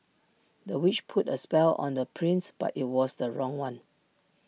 the witch put A spell on the prince but IT was the wrong one